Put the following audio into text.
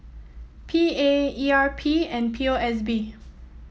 P A E R P and P O S B